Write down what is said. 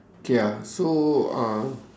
okay ah so uh